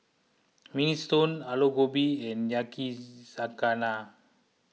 Minestrone Alu Gobi and Yakizakana